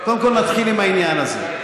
קודם כול, נתחיל עם העניין הזה.